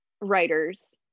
writers